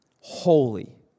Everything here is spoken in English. Holy